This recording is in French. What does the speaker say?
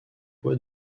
bois